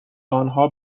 آنها